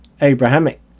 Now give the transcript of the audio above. Abrahamic